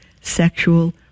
sexual